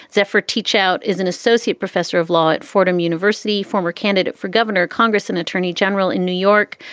zephyr teachout is an associate professor of law at fordham university, former candidate for governor, congress and attorney general in new york,